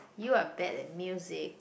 you are bad at music